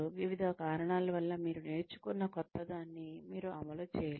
వివిధ కారణాల వల్ల మీరు నేర్చుకున్న క్రొత్తదాన్ని మీరు అమలు చేయలేరు